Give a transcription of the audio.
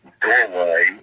doorway